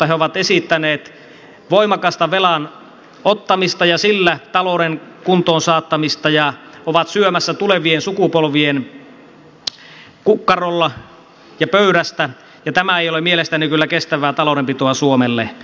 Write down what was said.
he ovat esittäneet voimakasta velan ottamista ja sillä talouden kuntoon saattamista ja ovat syömässä tulevien sukupolvien kukkarolla ja pöydästä ja tämä ei ole mielestäni kyllä kestävää taloudenpitoa suomelle